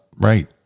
right